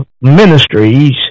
ministries